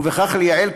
וכך לייעל,